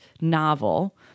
novel